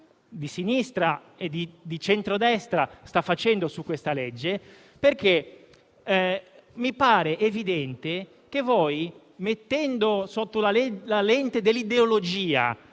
di sinistra e di centrodestra sta facendo sulla legge. Mi pare infatti evidente che voi, mettendo sotto la lente dell'ideologia